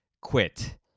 quit